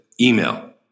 email